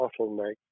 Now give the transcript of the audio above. bottleneck